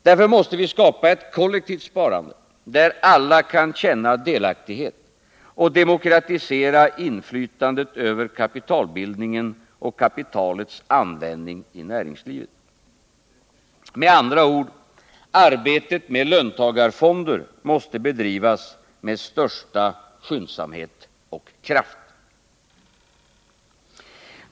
Därför måste vi skapa ett kollektivt sparande, där alla kan känna delaktighet, och demokratisera inflytandet över kapitalbildingen och kapitalets användning i näringslivet. Med andra ord: arbetet med löntagarfonder måste bedrivas med största skyndsamhet och kraft.